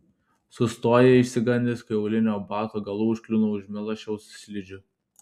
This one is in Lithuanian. sustoja išsigandęs kai aulinio bato galu užkliūna už milašiaus slidžių